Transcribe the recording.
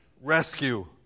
rescue